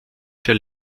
der